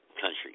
country